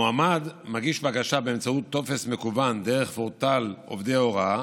המועמד מגיש בקשה באמצעות טופס מקוון דרך פורטל עובדי הוראה,